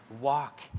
walk